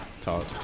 talk